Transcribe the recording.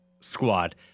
squad